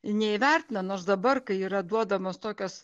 neįvertina nors dabar kai yra duodamos tokios